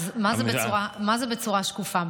מה זה בצורה שקופה?